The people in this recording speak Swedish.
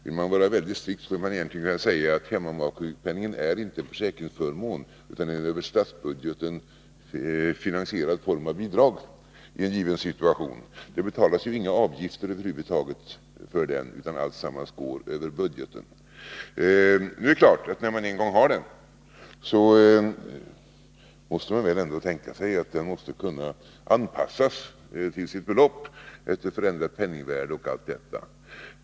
Vill man uttrycka sig mycket strikt, borde man säga att hemmamakesjukpenningen inte är en försäkringsförmån utan en över statsbudgeten finansierad form av bidrag i en given situation. Det betalas ju inga avgifter över huvud taget för den, utan alltsammans går över budgeten. Det är klart att när man en gång har den måste man väl ändå tänka sig att den måste kunna anpassas till sitt belopp efter förändrat penningvärde o. d.